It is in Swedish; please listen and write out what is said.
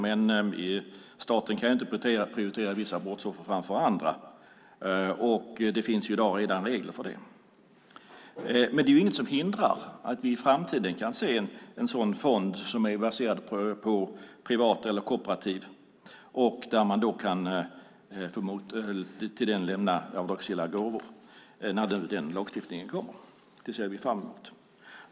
Men staten kan ju inte prioritera vissa brottsoffer framför andra, och det finns i dag redan regler för detta. Det är dock inget som hindrar att vi i framtiden skulle kunna få se en sådan fond som är privat eller kooperativ och att man till den skulle kunna lämna avdragsgilla gåvor. Det ser vi fram emot.